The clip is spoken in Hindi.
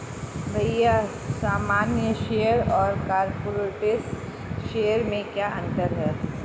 भैया सामान्य शेयर और कॉरपोरेट्स शेयर में क्या अंतर है?